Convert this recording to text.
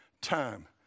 time